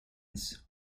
was